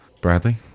Bradley